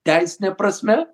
teisine prasme